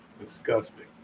Disgusting